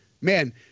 man